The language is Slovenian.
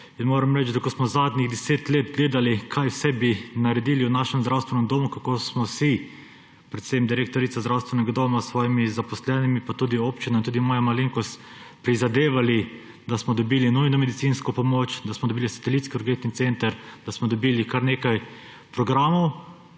moram reči, da ko smo zadnjih 10 let gledali, kaj vse bi naredili v našem zdravstvenem domu, ko smo si, predvsem direktorica zdravstvenega doma s svojimi zaposlenimi pa tudi občina, tudi moja malenkost, prizadevali, da smo dobili nujno medicinsko pomoč, da smo dobili satelitski urgentni center, da smo dobili kar nekaj programov,